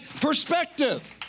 perspective